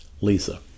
Lisa